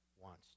wants